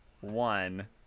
one